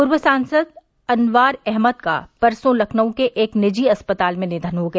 पूर्व सांसद अनवार अहमद का परसों लखनऊ के एक निजी अस्पताल में निधन हो गया